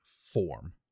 form